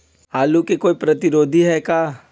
आलू के कोई प्रतिरोधी है का?